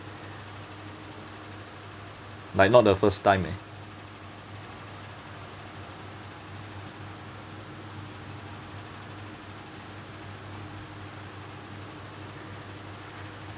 like not the first time eh